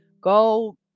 go